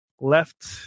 left